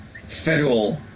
federal